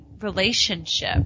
relationship